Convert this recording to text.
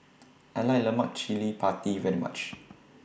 I like Lemak Cili Padi very much